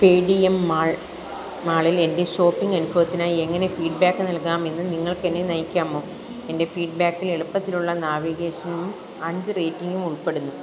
Paytm mall മാളിൽ എൻ്റെ shopping അനുഭവത്തിനായി എങ്ങനെ ഫീഡ്ബാക്ക് നൽകാമെന്ന് നിങ്ങൾക്ക് എന്നെ നയിക്കാമോ എൻ്റെ ഫീഡ്ബാക്കിൽ എളുപ്പത്തിലുള്ള നാവിഗേഷനും അഞ്ച് റേറ്റിംഗും ഉൾപ്പെടുന്നു